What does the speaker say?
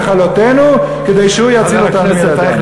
לכלותנו כדי שהוא יציל את עם ישראל מידם.